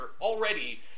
already